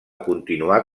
continuar